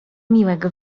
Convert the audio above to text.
miłego